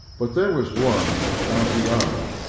but there was one antionah,